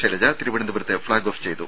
ശൈലജ തിരുവനന്തപുരത്ത് flag off ചെയ്തു